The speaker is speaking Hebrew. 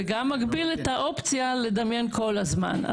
וגם מגביל את האופציה לדמיין כל הזמן.